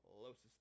Closest